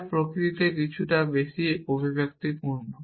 যা প্রকৃতিতে কিছুটা বেশি অভিব্যক্তিপূর্ণ